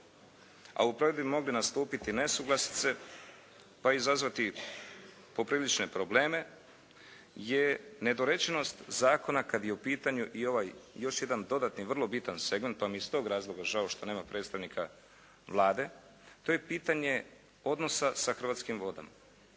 a u provedbi bi mogli nastupiti nesuglasice pa izazvati poprilične probleme je nedorečenost zakona kad je u pitanju i ovaj još jedan dodatni vrlo bitan segment, pa mi je iz tog razloga žao što nema predstavnika Vlade. To je pitanje odnosa sa Hrvatskim vodama.